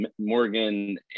Morgan